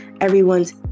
Everyone's